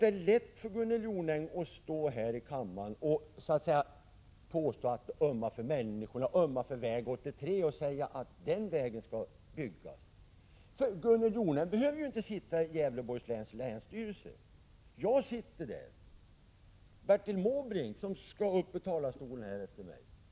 Det är lätt för Gunnel Jonäng att stå här i kammaren och ömma för väg 83 och säga att just den vägen skall byggas. Gunnel Jonäng behöver ju inte sitta i Gävleborgs läns länsstyrelse. Jag sitter där, liksom också Bertil Måbrink som skall uppi talarstolen efter mig.